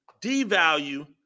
devalue